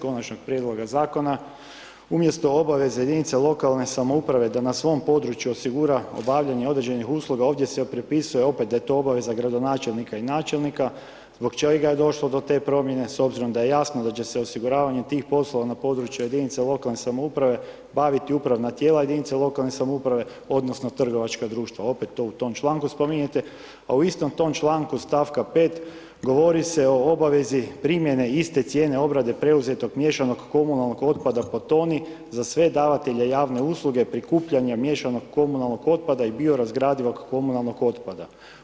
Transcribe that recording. Konačnog prijedloga Zakona, umjesto obaveze jedinica lokalne samouprave da na svom području osigura obavljanje određenih usluga, ovdje se pripisuje opet da je to obaveza gradonačelnika i načelnika, zbog čega je došlo do te promjene s obzirom da je jasno da će se osiguravanjem tih poslova na području jedinica lokalne samouprave baviti upravna tijela jedinica lokalne samouprave odnosno trgovačka društva, opet to u tom članku spominjete, a u istom tom članku st. 5. govori se o obavezi primjene iste cijene obrade preuzetog miješanog komunalnog otpada po toni za sve davatelje javne usluge, prikupljanja miješanog komunalnog otpada i bio razgradivog komunalnog otpada.